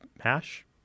hash